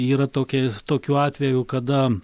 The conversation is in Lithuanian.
yra tokia tokių atvejų kada